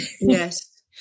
Yes